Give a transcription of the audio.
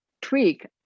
tweak